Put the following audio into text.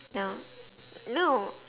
no no